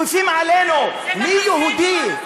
כופים עלינו מי יהודי,